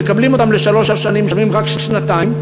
הם מקבלים אותם לשלוש שנים ומשלמים רק שנתיים,